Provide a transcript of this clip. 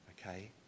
okay